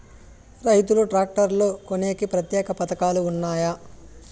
రైతులు ట్రాక్టర్లు కొనేకి ప్రత్యేక పథకాలు ఉన్నాయా?